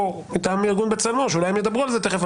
מטעם ארגון בצלמו שאולי הם ידברו על זה תכף,